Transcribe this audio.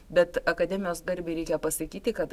bet akademijos garbei reikia pasakyti kad